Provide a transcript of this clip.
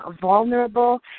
vulnerable